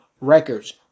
records